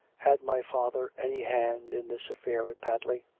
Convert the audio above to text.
had my father any hand in this affair at padley?